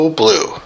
blue